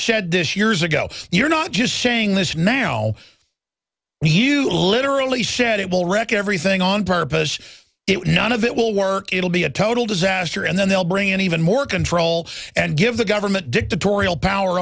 said this years ago you're not just saying this now you literally said it will wreck everything on purpose it none of it will work it'll be a total disaster and then they'll bring in even more control and give the government dictatorial power